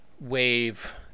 wave